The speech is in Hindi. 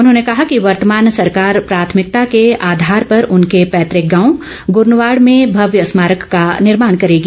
उन्होंने कहा कि वर्तमान सरकार प्राथमिकता के आधार पर उनके पैतक गांव ग्रनवाड़ में भव्य स्मारक का निर्माण करेगी